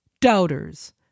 doubters